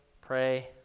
pray